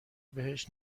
بهش